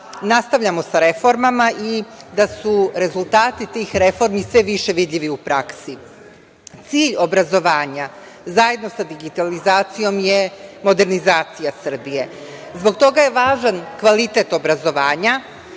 nastavljamo sa reformama i da su rezultati tih reformi sve više vidljivi u praksi. Cilj obrazovanja zajedno sa digitalizacijom je modernizacija Srbije. Zbog toga je važan kvalitet obrazovanja,